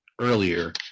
earlier